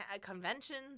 conventions